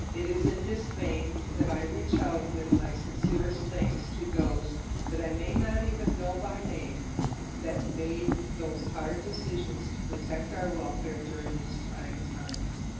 it is in this vein that i reach out with my sincerest thanks to those that i may not even know by name that made those hard decisions to protect our welfare during these trying times.